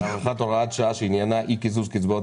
על הארכת הוראת השעה שעניינה אי קיזוז קצבאות